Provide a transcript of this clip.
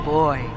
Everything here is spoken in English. boy